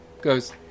goes